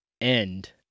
end